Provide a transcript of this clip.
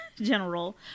General